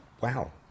wow